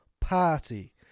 party